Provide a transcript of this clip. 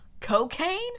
Cocaine